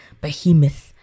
behemoth